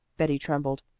betty trembled.